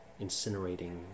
incinerating